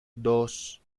dos